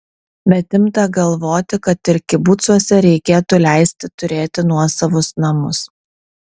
bet imta galvoti kad ir kibucuose reikėtų leisti turėti nuosavus namus